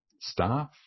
staff